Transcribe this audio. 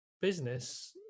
business